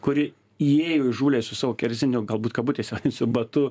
kuri įėjo įžūliai su savo kerziniu galbūt kabutėse su batu